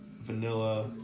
Vanilla